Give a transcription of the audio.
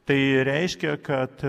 tai reiškia kad